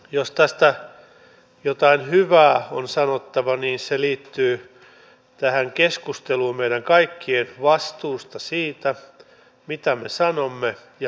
jos tästä jotain hyvää on sanottava niin se liittyy tähän keskusteluun meidän kaikkien vastuusta siitä mitä me sanomme ja millä tavalla